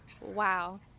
Wow